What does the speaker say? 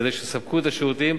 כדי שיספקו את השירותים